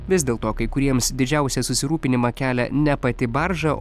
vis dėlto kai kuriems didžiausią susirūpinimą kelia ne pati barža